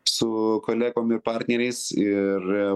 su kolegom partneriais ir